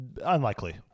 Unlikely